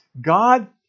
God